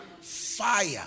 fire